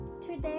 Today